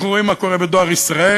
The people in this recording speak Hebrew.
אנחנו רואים מה קורה ב"דואר ישראל",